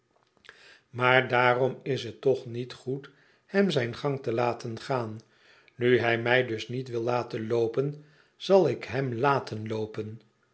maar daarom is het toch niet goed hem zijn gang te laten gaan nu hij mij dus niet wil laten loopen zal ik hem laten loopen